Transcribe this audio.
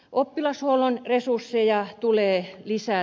oppilashuollon resursseja tulee lisätä